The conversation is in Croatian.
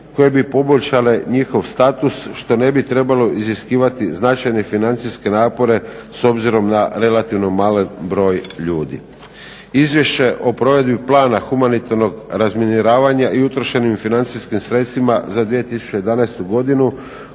koje bi poboljšale njihov status što ne bi trebalo iziskivati značajne financijske napore s obzirom na relativno malen broj ljudi. Izvješće o provedbi Plana humanitarnog razminiranja i utrošenim financijskim sredstvima za 2011. godinu